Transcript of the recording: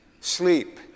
Sleep